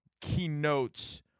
keynotes